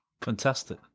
Fantastic